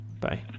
Bye